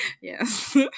Yes